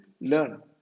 learn